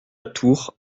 tour